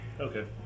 Okay